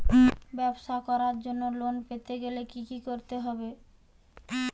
ব্যবসা করার জন্য লোন পেতে গেলে কি কি করতে হবে?